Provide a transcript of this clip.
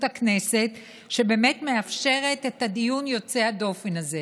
הכנסת שבאמת מאפשרים את הדיון יוצא הדופן הזה.